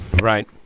Right